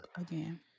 again